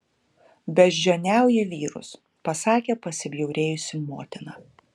beždžioniauji vyrus pasakė pasibjaurėjusi motina